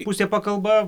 pusė pakalba